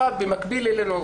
במקביל אלינו,